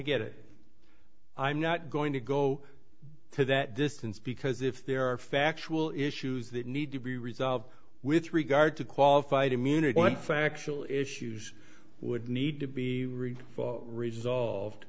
get it i'm not going to go to that distance because if there are factual issues that need to be resolved with regard to qualified immunity what factual issues would need to be re